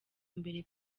mbere